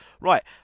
right